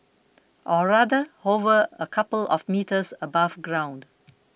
or rather hover a couple of metres above ground